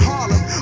Harlem